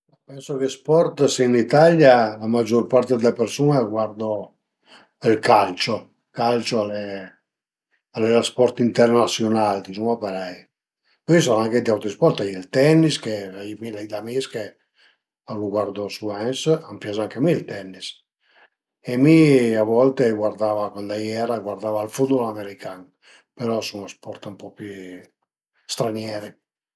Pensu che lë sport si ën Italia, la magiurpart d'le persun-e a guardo ël calcio, ël calcio al e le sport internasiunal, dizuma parei, pöi a i sarà anche d'auti sport, a ie ël tennis, mi l'ai d'amis che a lu guardu suvens, a më pias anche a mi ël tennis e mi a volte guardava cuandi a iera guardava il footbal american, però a sun dë sport ën po pi stranieri